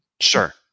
Sure